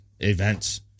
events